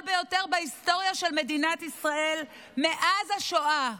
ביותר בהיסטוריה של מדינת ישראל מאז השואה.